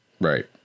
Right